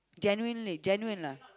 genuinely genuine lah